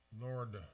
Lord